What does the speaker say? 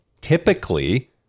typically